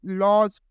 laws